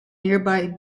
nearby